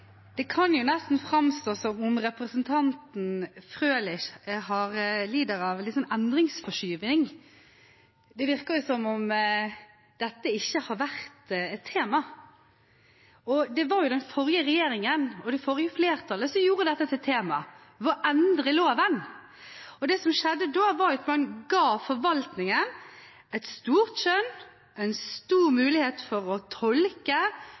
Det kan nesten framstå som om representanten Frølich lider av erindringsforskyvning. Det virker som om dette ikke har vært et tema. Det var den forrige regjeringen og det forrige flertallet, som gjorde dette til et tema ved å endre loven. Det som skjedde da, var at man ga forvaltningen et stort skjønn, et stor mulighet til å tolke